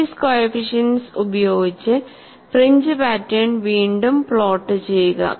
series coefficients ഉപയോഗിച്ച് fringe pattern വീണ്ടും plot ചെയ്യുക